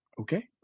Okay